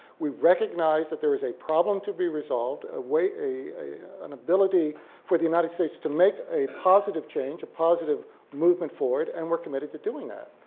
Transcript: we recognize that there's a problem to be resolved, a way, an ability for the united states to make a positive change, a positive movement forward, and we're committed to doing that.